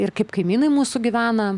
ir kaip kaimynai mūsų gyvena